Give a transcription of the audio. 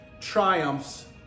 triumphs